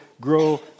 grow